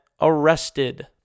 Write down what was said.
arrested